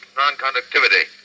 non-conductivity